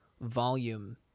volume